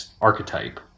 archetype